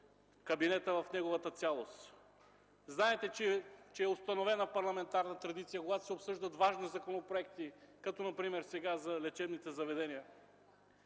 кабинетът в неговата цялост. Знаете, че е установена парламентарна традиция – когато се обсъждат важни законопроекти, като например сега за лечебните заведения,